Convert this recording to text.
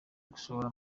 gusohora